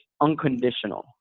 unconditional